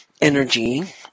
energy